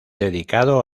dedicado